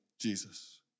Jesus